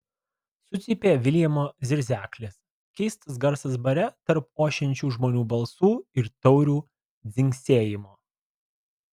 sucypė viljamo zirzeklis keistas garsas bare tarp ošiančių žmonių balsų ir taurių dzingsėjimo